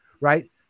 Right